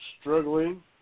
struggling